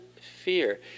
fear